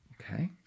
Okay